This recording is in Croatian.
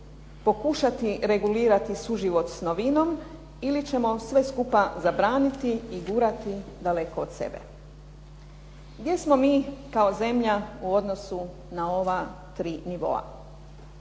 pokušati regulirati suživot s novinom ili ćemo sve skupa zabraniti i gurati daleko od sebe. Gdje smo mi kao zemlja u odnosu na ova 3 nivoa?